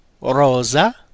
Rosa